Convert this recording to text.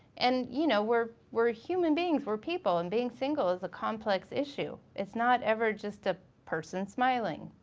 and you know, we're we're human beings, we're people. and being single is a complex issue. it's not ever just a person smiling.